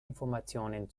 informationen